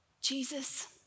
Jesus